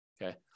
Okay